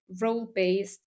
role-based